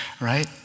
right